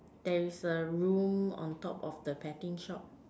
there is a room on top of the betting shop